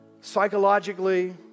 psychologically